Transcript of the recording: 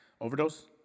Overdose